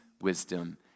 wisdom